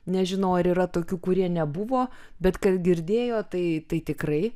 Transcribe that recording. nežinau ar yra tokių kurie nebuvo bet kad girdėjo tai tai tikrai